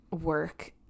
work